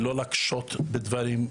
לא להקשות בדברים,